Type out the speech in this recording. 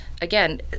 again